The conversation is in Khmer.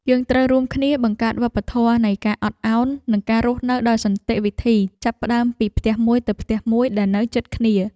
យើងត្រូវរួមគ្នាបង្កើតវប្បធម៌នៃការអត់ឱននិងការរស់នៅដោយសន្តិវិធីចាប់ផ្តើមពីផ្ទះមួយទៅផ្ទះមួយដែលនៅជិតគ្នា។